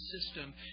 system